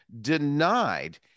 denied